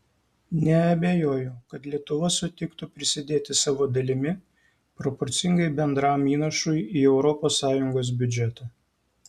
neabejoju kad lietuva sutiktų prisidėti savo dalimi proporcingai bendram įnašui į europos sąjungos biudžetą